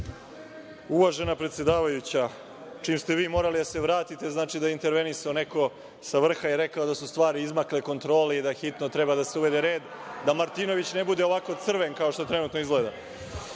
Uvažena predsedavajuća, čim ste vi morali da se vratite, znači da je intervenisao neko sa vrha i rekao da su stvari izmakle kontroli i da hitno treba da se uvede red, da Martinović ne bude ovako crven kao što trenutno izgleda.No,